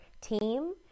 team